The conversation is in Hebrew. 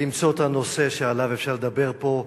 למצוא את הנושא שעליו אפשר לדבר פה.